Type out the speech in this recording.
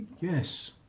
Yes